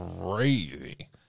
crazy